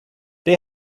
they